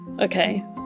Okay